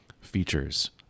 features